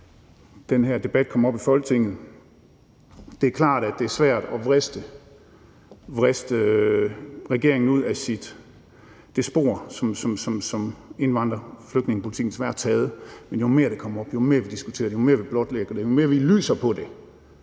at den her debat kommer op i Folketinget. Det er klart, at det er svært at vriste regeringen ud af den drejning, som indvandrer- og flygtningepolitikken desværre har taget. Men jo mere det kommer op, jo mere vi diskuterer det, jo mere vi blotlægger det, jo mere vi lyser på det,